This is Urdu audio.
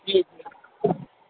جی جی